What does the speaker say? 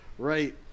Right